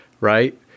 right